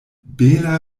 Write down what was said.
bela